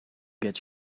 get